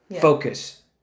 focus